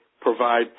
provide